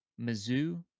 Mizzou